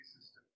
system